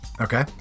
okay